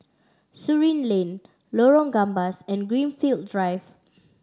Surin Lane Lorong Gambas and Greenfield Drive